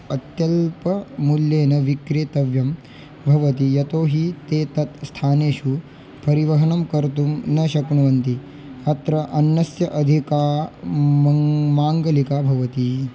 अत्यल्पमूल्येन विक्रेतव्यं भवति यतो हि ते तत् स्थानेषु परिवहनं कर्तुं न शक्नुवन्ति अत्र अन्नस्य अधिकं मङ्ग् माङ्गलिका भवति